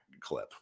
clip